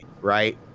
right